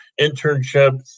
internships